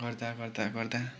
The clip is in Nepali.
गर्दा गर्दा गर्दा